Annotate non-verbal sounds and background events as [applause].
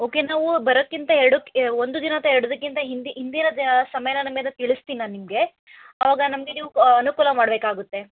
okay ನಾವು ಬರೋಕ್ಕಿಂತ ಎರಡು ಒಂದು ದಿನ ಅಥ್ವಾ ಎರಡಕ್ಕಿಂತ ಹಿಂದಿ ಹಿಂದಿನ ಸಮಯನ [unintelligible] ತಿಳಿಸ್ತೀನಿ ನಾನು ನಿಮಗೆ ಅವಾಗ ನಮಗೆ ನೀವು ಅನುಕೂಲ ಮಾಡಬೇಕಾಗುತ್ತೆ